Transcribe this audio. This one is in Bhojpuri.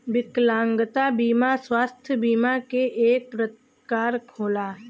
विकलागंता बिमा स्वास्थ बिमा के एक परकार होला